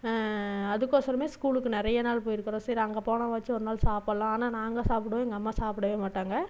அதுக்கோசரம் ஸ்கூலுக்கு நிறைய நாள் போய்ருக்கோம் சரி அங்கே போனாவாச்சம் ஒரு நாள் சாப்பிடலாம் ஆனால் நாங்கள் சாப்பிடுவோம் எங்கள் அம்மா சாப்பிடவே மாட்டாங்க